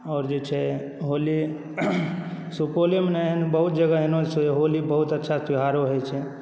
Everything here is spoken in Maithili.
आओर जे छै होलीसुपौलेमे नहि बहुत एहन जगह होली बहुत अच्छा त्योहारो होइ छै